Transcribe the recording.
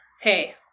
Hey